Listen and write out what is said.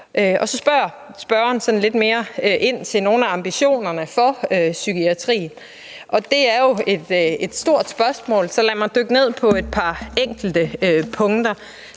Så spørger spørgeren sådan lidt mere ind til nogle af ambitionerne for psykiatrien, og det er jo et stort spørgsmål, så lad mig slå ned på et par enkelte punkter: